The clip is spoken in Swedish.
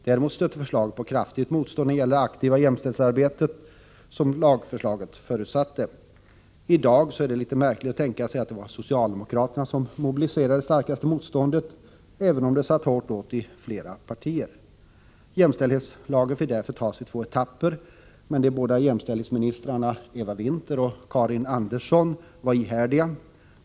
Däremot stötte förslaget på kraftigt motstånd när det gällde det aktiva jämställdhetsarbetet, som lagförslaget förutsatte. I dag är det litet märkligt att tänka sig att det var socialdemokraterna som mobiliserade det starkaste motståndet, även om det satt hårt åt i flera partier. Jämställdhetslagen fick därför tas i två etapper, men de båda jämställdhetsministrarna Eva Winther och Karin Andersson var ihärdiga.